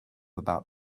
about